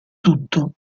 tutto